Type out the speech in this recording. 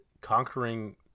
conquering